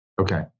Okay